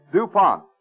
DuPont